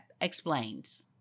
explains